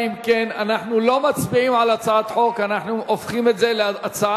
לכן אני אומר אותם גם מעל הבמה כדי שהפרוטוקול ישמע את הדברים.